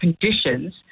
conditions